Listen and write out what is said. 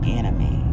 enemy